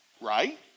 right